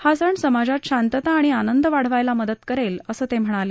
हा सण समाजात शांतता आणि आनंद वाढवायला मदत करेल असं ते म्हणाले